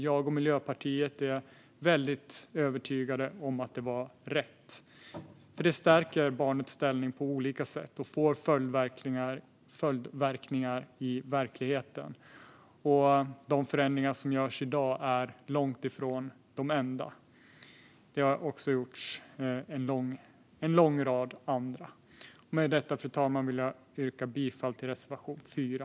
Jag och Miljöpartiet är väldigt övertygade om att det var rätt, eftersom det på olika sätt stärker barnets ställning. Det får följdverkningar i verkligheten. De förändringar som görs i dag är långt ifrån de enda. En lång rad andra förändringar har också gjorts. Med detta vill jag, fru talman, yrka bifall till reservation 4.